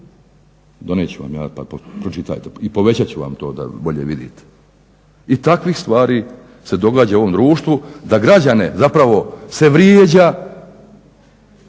Donijet ću vam ja pa pročitajte. I povećat ću vam to da bolje vidite. I takvih stvari se događa u ovom društvu da građane zapravo se vrijeđa